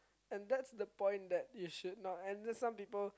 and that's the point that you should not and then some people